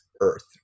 earth